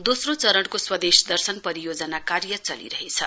दोस्रो चरणको स्वदेस दर्शन परियोजना कार्य चलिरहेछ